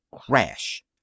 Crash